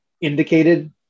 indicated